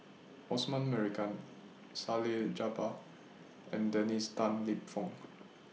Osman Merican Salleh Japar and Dennis Tan Lip Fong